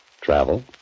Travel